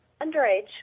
Underage